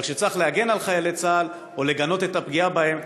אבל כשצריך להגן על חיילי צה"ל או לגנות את הפגיעה בהם,